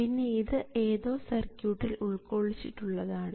പിന്നെ ഇത് ഏതോ സർക്യൂട്ടിൽ ഉൾക്കൊള്ളിച്ചിട്ടുള്ളതാണ്